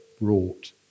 brought